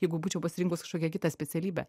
jeigu būčiau pasirinkus kažkokią kitą specialybę